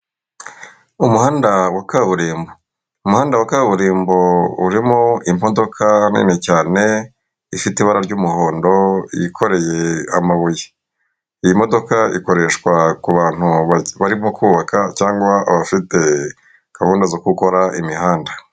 Umuhanda wa kaburimbo, umuhanda wa kaburimbo urimo imodoka nini cyane ifite ibara ry'umuhondo yikoreye amabuye, iyi modoka ikoreshwa ku bantu barimo kubaka cyangwa abafite gahunda zo gukora imihanda.